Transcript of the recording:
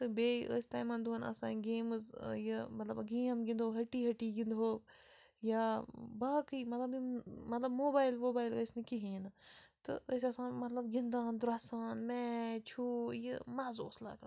تہٕ بیٚیہِ ٲسۍ تِمَن دۄہَن آسان گیمٕز یہِ مطلب گیم گِنٛدَو ۂٹی ۂٹی گِنٛدٕہو یا باقٕے مطلب یِم مطلب موبایِل ووبایِل ٲسۍ نہٕ کِہیٖنۍ نہٕ تہٕ أسۍ آسان مطلب گِنٛدان درٛۄسان میچ ہُہ یہِ مَزٕ اوس لَگان